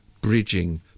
bridging